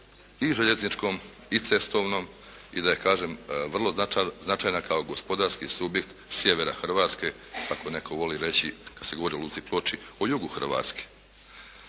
i željezničkom i cestovnom i da je kažem vrlo značajna kao gospodarski subjekt sjevera Hrvatske kako netko voli reći kada se govori o Luci Ploče, o jugu Hrvatske.